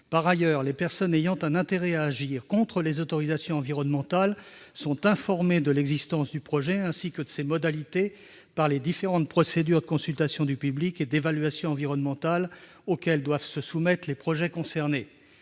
Par ailleurs, les personnes ayant un intérêt à agir contre les autorisations environnementales sont informées de l'existence du projet, ainsi que de ses modalités, par les différentes procédures de consultation du public et d'évaluation environnementale que doivent respecter les projets concernés.